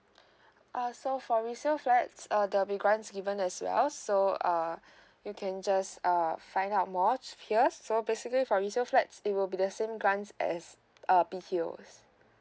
uh so for resale flat uh there be grants given as well so uh you can just err find out more here so basically for resale flat it will be the same grants as a B_T_O